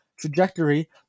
trajectory